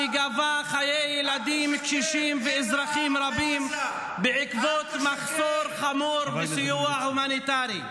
שגבה חיי ילדים וקשישים ואזרחים רבים בעקבות מחסור חמור בסיוע הומניטרי.